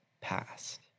past